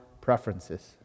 preferences